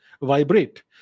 Vibrate